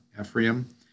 Ephraim